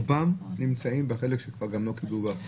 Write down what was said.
רובם נמצאים בין אלה שלא קיבלו את החיסונים.